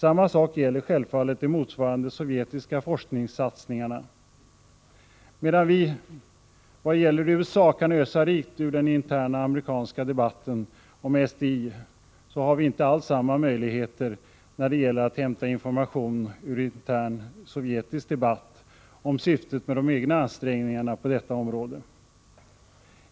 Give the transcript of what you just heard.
Samma sak gäller självfallet de motsvarande sovjetiska forskningssatsningarna. Medan vi vad gäller USA kan ösa rikt ur den interna amerikanska debatten om SDI, förefinns inte alls samma möjligheter när det gäller att hämta information ur intern sovjetisk debatt om syftet med de egna ansträngningarna på detta område.